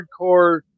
hardcore